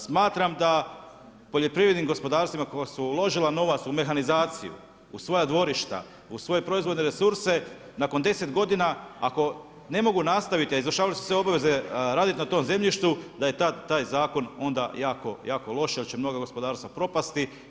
Smatram da poljoprivrednim gospodarstvima koja su uložila novac u mehanizaciju, u svoja dvorišta, u svoje proizvodne resurse nakon 10 godina ako ne mogu nastaviti, a izvršavali su sve obaveze radit na tom zemljištu da je taj zakon onda jako, jako loš jer će mnoga gospodarstva propasti.